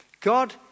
God